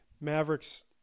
Mavericks